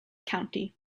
county